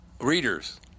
Readers